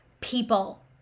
people